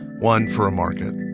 one for a market.